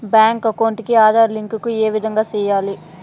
Bank account కి Aadhaar link ఏ విధంగా సెయ్యాలి?